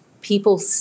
people